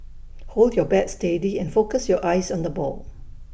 hold your bat steady and focus your eyes on the ball